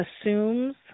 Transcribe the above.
assumes